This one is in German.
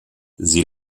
sie